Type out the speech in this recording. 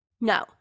No